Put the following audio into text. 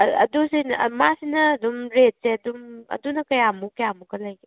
ꯃꯥꯁꯤꯅ ꯑꯗꯨꯝ ꯔꯦꯠꯁꯦ ꯑꯗꯨꯝ ꯑꯗꯨꯅ ꯀꯌꯥꯃꯨꯛ ꯀꯌꯥꯃꯨꯛꯀꯗꯤ ꯂꯩꯒꯦ